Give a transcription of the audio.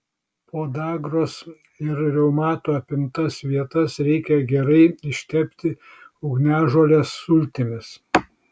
podagros ir reumato apimtas vietas reikia gerai ištepti ugniažolės sultimis